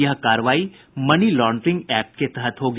यह कार्रवाई money laundering act के तहत होगी